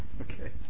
Okay